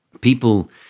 People